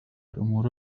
امور